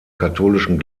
katholischen